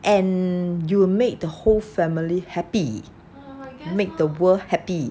and you will make the whole family happy make the world happy